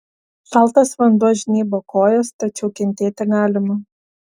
šaltas vanduo žnybo kojas tačiau kentėti galima